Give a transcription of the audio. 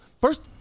First